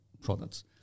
products